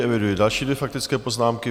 Eviduji další dvě faktické poznámky.